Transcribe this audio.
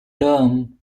term